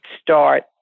start